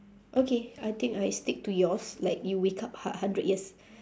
okay I think I stick to yours like you wake up hu~ hundred years